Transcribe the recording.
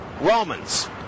Romans